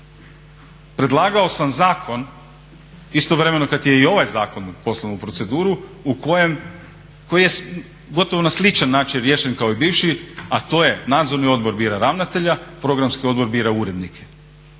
Predlagao sam zakon istovremeno kad je i ovaj zakon poslan u proceduru koji je gotovo na sličan način riješen kao i bivši, a to je Nadzorni odbor bira ravnatelja, Programski odbor bira urednike.